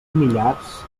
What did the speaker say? millars